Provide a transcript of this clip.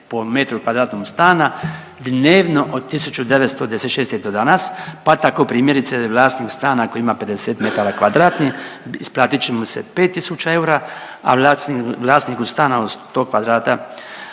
po metru kvadratnog stana dnevno od 1996. do danas, pa tako primjerice vlasnik stana ako ima 50 metara kvadratnih isplatit će mu se 5000 eura, a vlasniku stana od 100 kvadrata